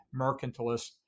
mercantilist